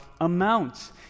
amounts